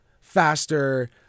faster